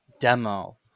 demo